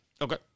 Okay